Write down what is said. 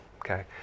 Okay